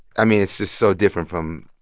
i mean, it's just so different from.